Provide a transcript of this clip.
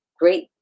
great